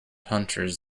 hunters